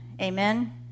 amen